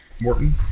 Morton